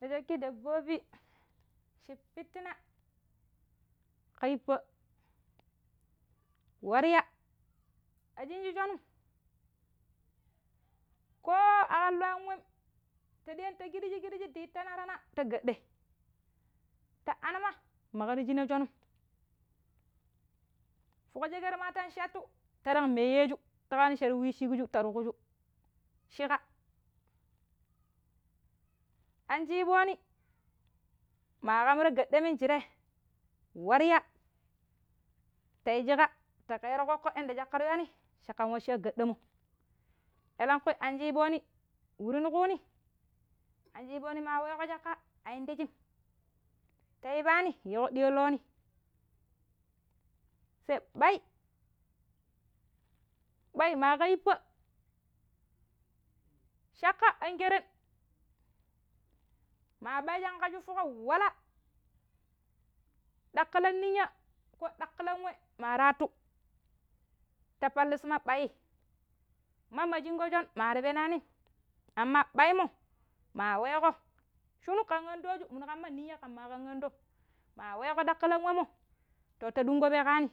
Ta shakki dabobi chi pitina ƙa yippa̱ warya, a shinji sho̱num ko a ƙam lwaan wem ta ɗija̱n ta kirji-kirji ndi yi tana-tana ta ga̱ɗɗei. Ta anima ma ƙar nshina̱ sho̱num. Fo̱ƙ sheket maa tang shattu ta tang meiyeeju cha ta wishikju ta tukju shiƙar an shii ɓooni maa ƙam ta ga̱ɗɗa minjire warya ta yu shiƙa ta ƙeera ƙoƙƙo yadda shi caƙƙa ta ywaani caƙƙan wacco̱ ya gaɗɗamo̱. Elongƙuni anshiiɓooni wurin ƙuuni. Anshiiɓooni maa weeƙo caƙƙa a indijim ta ibaani yiiƙo ɗiya lo̱o̱ni. Saiɓai, ɓai maa ka yeppa̱ caka an ƙeren. Maa ɓai shinƙa shuppuƙo wala, ɗakkilam ninya̱ ƙo ɗakkilam we maraattu ta pallisima ɓai. Ma, ma shingko sho̱n mar penaanim amma ɓai mo̱ nmaa weeƙo shinu ƙan anɗooju minu ƙamma minya̱ ƙamma ƙan anɗom. Maa weeƙo ƙakkilan wemmo̱ to, ta ɗungko peƙaani